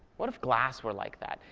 what if glass were like that?